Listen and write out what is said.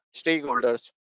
stakeholders